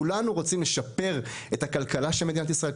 כולנו רוצים לשפר את הכלכלה של מדינת ישראל,